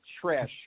trash